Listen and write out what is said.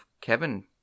Kevin